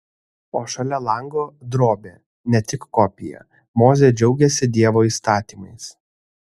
o šalia lango drobė ne tik kopija mozė džiaugiasi dievo įstatymais